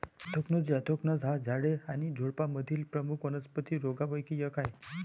anthracnose anthracnose हा झाडे आणि झुडुपांमधील प्रमुख वनस्पती रोगांपैकी एक आहे